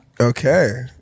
okay